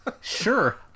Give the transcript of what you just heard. Sure